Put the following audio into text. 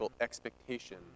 expectation